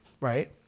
right